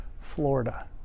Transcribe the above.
Florida